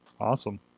Awesome